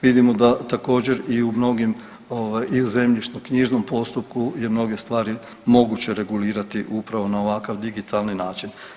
Vidimo da također i u mnogim i u zemljišno-knjižnom postupku je mnoge stvari moguće regulirati upravo na ovakav digitalni način.